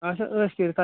اچھا ٲش کٔرِتھ تۄہہِ